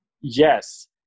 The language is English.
yes